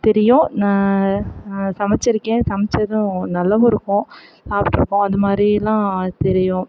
தெரியும் நான் நான் சமைச்சிருக்கேன் சமைச்சதும் நல்லாவும் இருக்கும் சாப்பிட்ருக்கோம் அது மாதிரிலாம் தெரியும்